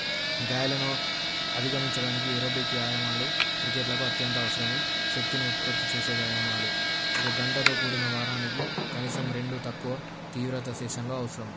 గాయాలను అధిగమించడానికి ఏరోబిక్ వ్యాయామాలు క్రికెట్లకు అత్యంత అవసరం శక్తిని ఉత్పత్తి చేసే వ్యాయామలు ఒక గంటతో కూడిన వారానికి కనీసం రెండు తక్కువ తీవ్రత సెషన్లు అవసరం